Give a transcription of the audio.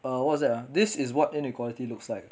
ah what's that ah this is what inequality looks like